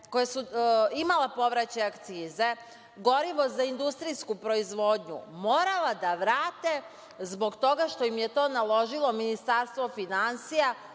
koja su imala povraćaj akcize, gorivo za industrijsku proizvodnju, morala da vrate z bog toga što im je to naložilo Ministarstvo finansija